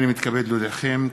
הנני מתכבד להודיעכם,